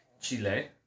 Chile